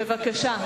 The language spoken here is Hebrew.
בבקשה.